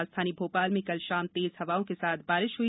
राजधानी भोपाल में कल शाम तेज हवाओं के साथ बारिश हई